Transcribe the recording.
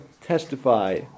testify